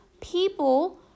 people